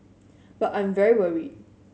but I'm very worried